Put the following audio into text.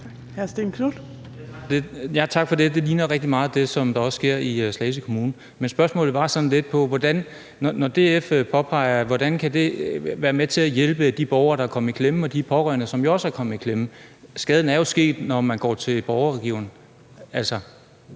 Tak for det. Det ligner rigtig meget det, der også sker i Slagelse Kommune. Men spørgsmålet gik på det, som DF påpeger, altså hvordan det kan være med til at hjælpe de borgere, der er kommet i klemme, og de pårørende, som jo også er kommet i klemme. Skaden er jo sket, når man går til borgerrådgiveren. Det